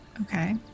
Okay